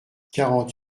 quarante